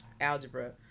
algebra